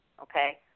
Okay